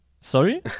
sorry